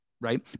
right